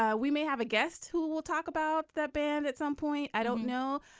ah we may have a guest who we'll talk about the band at some point. i don't know.